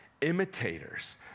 imitators